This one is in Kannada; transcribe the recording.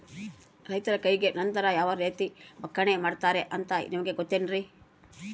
ರೈತರ ಕೈಗೆ ನಂತರ ಯಾವ ರೇತಿ ಒಕ್ಕಣೆ ಮಾಡ್ತಾರೆ ಅಂತ ನಿಮಗೆ ಗೊತ್ತೇನ್ರಿ?